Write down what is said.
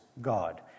God